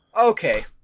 Okay